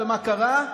ומה קרה?